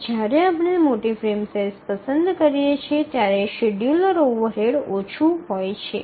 જ્યારે આપણે મોટી ફ્રેમ સાઇઝ પસંદ કરીએ ત્યારે શેડ્યૂલર ઓવરહેડ ઓછું હોય છે